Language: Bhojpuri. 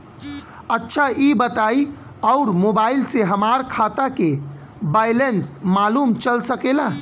अच्छा ई बताईं और मोबाइल से हमार खाता के बइलेंस मालूम चल सकेला?